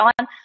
on